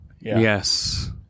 Yes